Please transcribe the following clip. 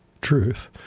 truth